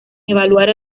evaluar